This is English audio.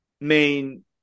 main